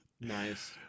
Nice